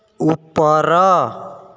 ଉପର